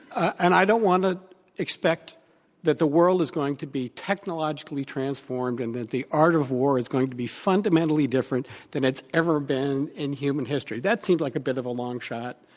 and i don't want to expect that the world is going to be technologicallytransformed and that the art of war is going to be fundamentally different than it's ever been in human history. that seemed like a bit of a long shot